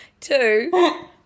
two